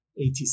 ATC